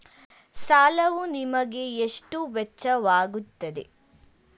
ಸಾಲವು ನಿಮಗೆ ಎಷ್ಟು ವೆಚ್ಚವಾಗುತ್ತದೆ?